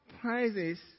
prizes